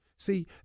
See